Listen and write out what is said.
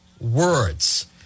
words